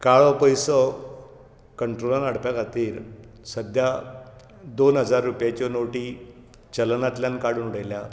काळो पयसो कंट्रोलान हाडपा खातीर सद्द्या दोन हजार रूपयाच्यो नोटी चलनांतल्यान काडून उडयल्यात